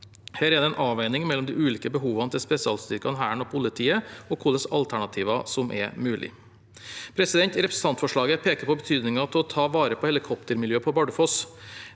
Her er det en avveining mellom de ulike behovene til spesialstyrkene, Hæren og politiet, og hvilke alternativer som er mulig. Representantforslaget peker på betydningen av å ta vare på helikoptermiljøet på Bardufoss.